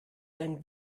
ein